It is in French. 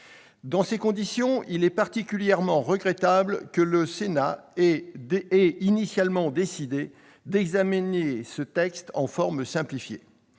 Dans ces conditions, il est particulièrement regrettable que le Sénat ait initialement décidé de retenir la procédure d'examen simplifié